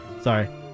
Sorry